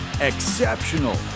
Exceptional